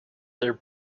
their